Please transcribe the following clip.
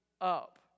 Up